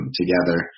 together